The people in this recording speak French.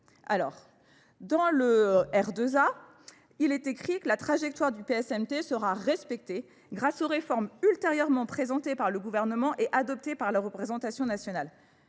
dans le R2A, il est écrit que la trajectoire du PSMT sera respectée grâce aux réformes ultérieurement présentées par le gouvernement et adoptées par la représentation nationale.